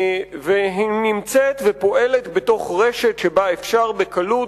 והיא נמצאת ופועלת בתוך רשת שבה אפשר בקלות